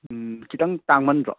ꯈꯤꯇꯪ ꯇꯥꯡꯃꯟꯗ꯭ꯔꯣ